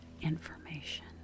information